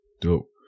Dope